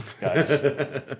guys